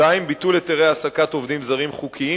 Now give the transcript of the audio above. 2. ביטול היתרי העסקת עובדים זרים חוקיים